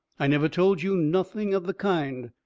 i never told you nothing of the kind.